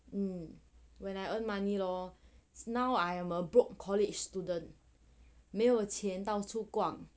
mm when I earn money lor now I am a broad college student 没有钱到处逛